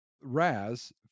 Raz